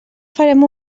farem